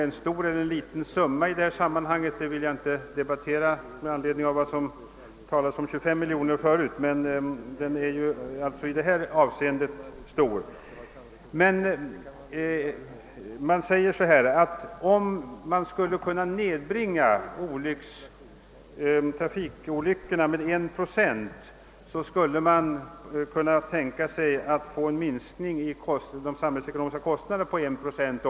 Det har i en tidigare debatt i dag talats om 25 miljoner kronor som ett litet belopp men jag vill inte nu ta under debatt om dessa 23 miljoner är en stor eller liten summa. Om antalet trafikolyckor kan nedbringas med 1 procent, kan detta betyda en minskning av samhällets kostnader med likaledes 1 procent.